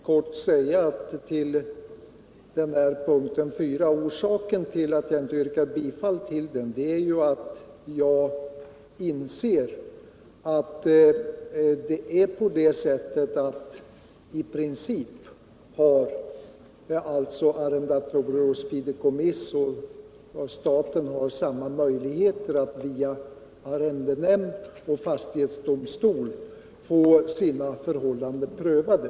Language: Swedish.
Herr talman! Jag vill bara kort säga att orsaken till att jag inte yrkar bifall till punkten 4 i motionen är att jag inser att arrendatorer hos fideikommiss och stat i princip har samma möjligheter att via arrendenämnd och fastighetsdomstol få sina förhållanden prövace.